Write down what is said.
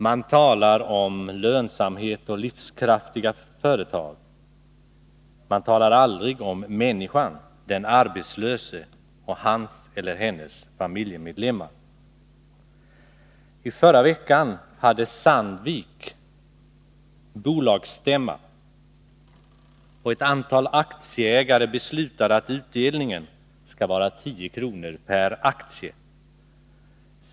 Man talar om lönsamhet och livskraftiga företag. Men man talar aldrig om människan, den arbetslöse och hans eller hennes familjemedlemmar. I förra veckan hade Sandvik bolagsstämma, och ett antal aktieägare beslutade att utdelningen skall vara 10 kr. per aktie.